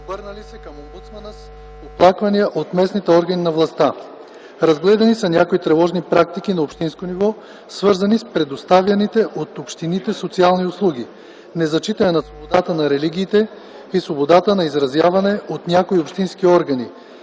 обърнали се към омбудсмана с оплаквания от местните органи на властта. Разгледани са някои тревожни практики на общинско ниво, свързани с предоставяните от общините социални услуги; незачитане на свободата на религиите и свободата на изразяване от някои общински органи;